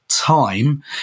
Time